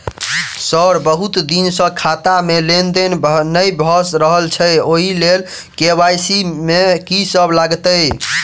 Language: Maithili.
सर बहुत दिन सऽ खाता मे लेनदेन नै भऽ रहल छैय ओई लेल के.वाई.सी मे की सब लागति ई?